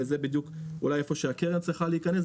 וזה אולי המקום שבו הקרן צריכה להיכנס,